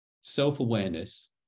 self-awareness